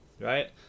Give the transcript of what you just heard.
right